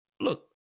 Look